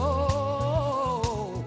oh